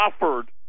offered